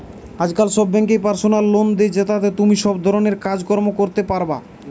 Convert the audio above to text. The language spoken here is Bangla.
আজকাল সব বেঙ্কই পার্সোনাল লোন দে, জেতাতে তুমি সব রকমের কাজ কর্ম করতে পারবা